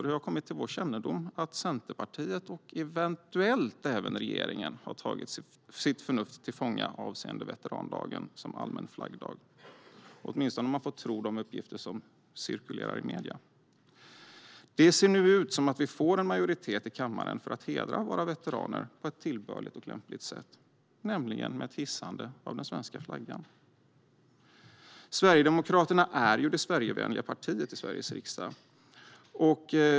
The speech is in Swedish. Det har kommit till vår kännedom att Centerpartiet och eventuellt även regeringen har tagit sitt förnuft till fånga avseende veterandagen som allmän flaggdag, åtminstone om man får tro de uppgifter som cirkulerar i medierna. Det ser nu ut som att vi får majoritet i kammaren för att hedra våra veteraner på ett tillbörligt och lämpligt sätt, nämligen med ett hissande av den svenska flaggan. Sverigedemokraterna är det Sverigevänliga partiet i Sveriges riksdag.